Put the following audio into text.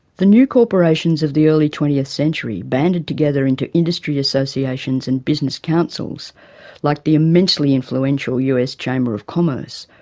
the new corporations of the early twentieth century banded together into industry associations and business councils like the immensely influential us chamber of commerce,